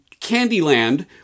Candyland